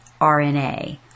RNA